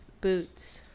boots